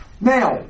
Now